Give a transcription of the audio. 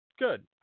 Good